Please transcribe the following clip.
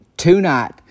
Tonight